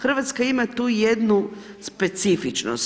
Hrvatska ima tu jednu specifičnost.